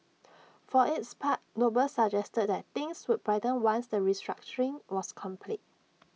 for its part noble suggested that things would brighten once the restructuring was complete